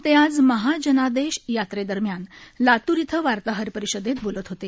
ते आज महाजनादेश यात्रेदरम्यान लातूर इथं वार्ताहरपरिषदेत बोलत होते